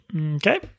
Okay